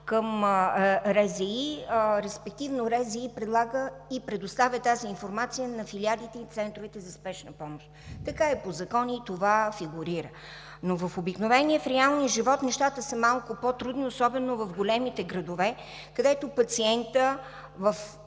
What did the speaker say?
към РЗИ, респективно РЗИ предлага и предоставя тази информация на филиалите и центровете за спешна помощ. Така е по закон и това фигурира. Но в обикновения, в реалния живот нещата са малко по-трудни, особено в големите градове, където пациентът в